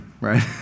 right